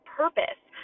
purpose